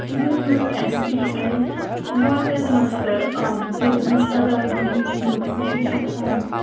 YONO S B I water منٛز کَر آبہٕ بِلہِ ہٕنٛز ادٲیگی ہٕنٛز نوٹفِکیشن آن